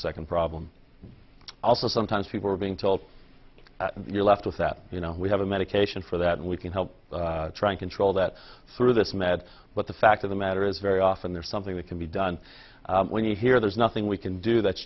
second problem also sometimes people are being told you're left with that you know we have a medication for that and we can help trying control that through this med but the fact of the matter is very often there's something that can be done when you hear there's nothing we can do that